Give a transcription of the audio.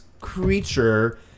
creature